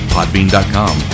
Podbean.com